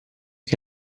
che